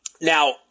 Now